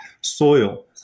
soil